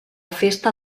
festa